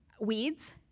weeds